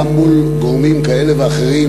גם מול גורמים כאלה ואחרים,